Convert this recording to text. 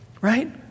right